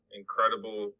incredible